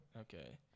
Okay